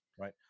right